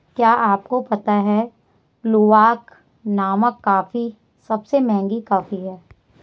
क्या आपको पता है लूवाक नामक कॉफ़ी सबसे महंगी कॉफ़ी है?